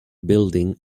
building